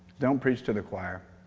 don't preach to the choir.